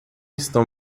estão